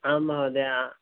आं महोदय